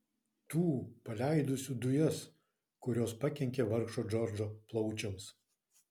tų paleidusių dujas kurios pakenkė vargšo džordžo plaučiams